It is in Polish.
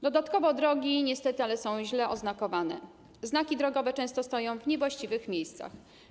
Dodatkowo drogi niestety są źle oznakowane, znaki drogowe często stoją w niewłaściwych miejscach.